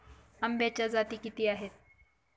आंब्याच्या जाती किती आहेत?